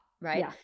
right